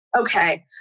Okay